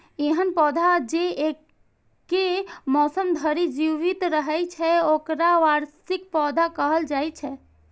एहन पौधा जे एके मौसम धरि जीवित रहै छै, ओकरा वार्षिक पौधा कहल जाइ छै